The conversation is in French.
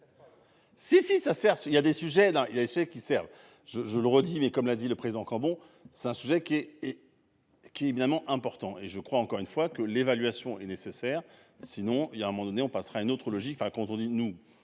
Si si ça sert il y a des sujets là il y a fait qui servent je je le redis, mais comme l'a dit le président quand bon c'est un sujet qui est et. Qui est éminemment important et je crois encore une fois que l'évaluation est nécessaire sinon il y a un moment donné on passera à une autre logique, enfin quand on dit nous,